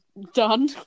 done